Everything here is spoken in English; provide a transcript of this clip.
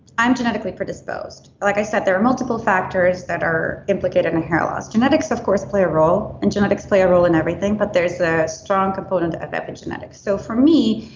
i'm genetically predisposed. like i said, there are multiple factors that are implicated in hair loss. genetics, of course, play a role and genetics play a role in everything, but there's a strong component of epigenetics. so for me,